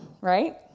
Right